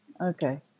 Okay